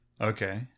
Okay